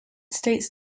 states